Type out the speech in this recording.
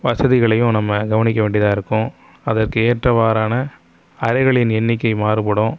வசதிகளையும் நம்ம கவனிக்க வேண்டியதாக இருக்கும் அதற்கு ஏற்றவாறான அறைகளின் எண்ணிக்கை மாறுபடும்